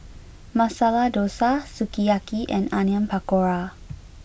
Masala Dosa Sukiyaki and Onion Pakora